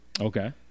Okay